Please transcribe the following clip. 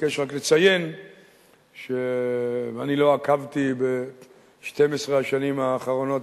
אבקש רק לציין שאני לא עקבתי ב-12 השנים האחרונות